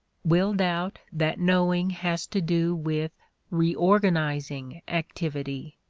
will doubt that knowing has to do with reorganizing activity,